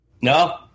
No